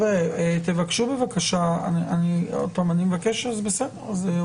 אני מבקש שהוא יעלה ל-זום.